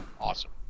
Awesome